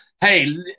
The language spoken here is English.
hey